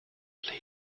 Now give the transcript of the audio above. dice